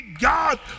God